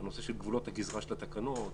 גבולות הגזרה של התקנות,